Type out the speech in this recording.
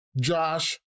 Josh